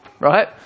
right